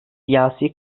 siyasi